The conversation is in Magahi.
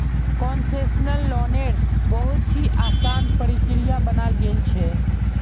कोन्सेसनल लोन्नेर बहुत ही असान प्रक्रिया बनाल गेल छे